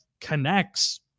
connects